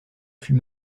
fut